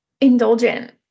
indulgent